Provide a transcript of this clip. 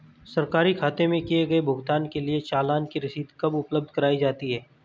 सरकारी खाते में किए गए भुगतान के लिए चालान की रसीद कब उपलब्ध कराईं जाती हैं?